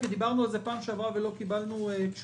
כי דיברנו על זה בפעם שעברה ולא קיבלנו תשובה.